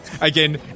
Again